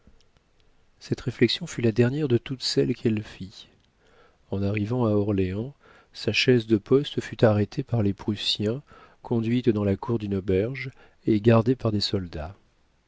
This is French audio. cette réflexion fut la dernière de toutes celles qu'elle fit en arrivant à orléans sa chaise de poste fut arrêtée par les prussiens conduite dans la cour d'une auberge et gardée par des soldats